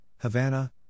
Havana